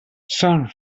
són